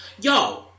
yo